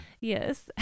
Yes